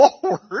forward